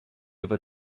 ever